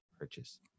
purchase